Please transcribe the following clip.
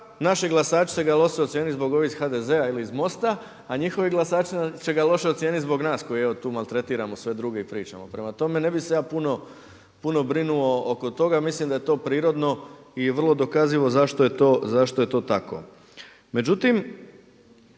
naši glasači su ga loše ocijenili zbog ovih iz HDZ-a ili iz MOST-a njihovi glasači će ga loše ocijeniti zbog nas koji evo tu maltretiramo sve druge i pričamo. Prema tome, ne bi se ja puno brinuo oko toga, mislim da je to prirodno i vrlo dokazivo zašto je to tako.